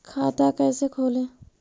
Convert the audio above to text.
खाता कैसे खोले?